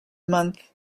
month